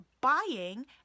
buying